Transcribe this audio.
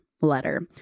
letter